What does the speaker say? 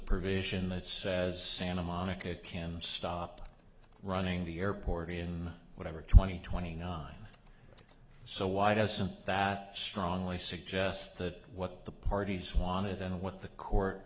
provision that says santa monica can stop running the airport in whatever twenty twenty nine so why doesn't that strongly suggest that what the parties wanted and what the court